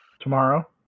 Tomorrow